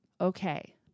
okay